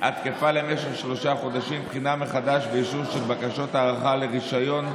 נגיף הקורונה החדש), התשפ"א 2021,